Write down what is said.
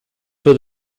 for